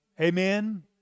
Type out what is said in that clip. amen